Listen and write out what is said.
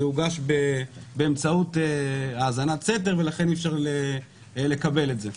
הושג באמצעות האזנת סתר ולכן אי אפשר לקבל את זה.